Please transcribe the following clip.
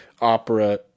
opera